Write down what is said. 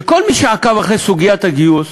שכל מי שעקב אחרי סוגיית הגיוס,